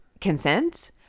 consent